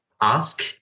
ask